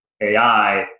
AI